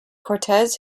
cortes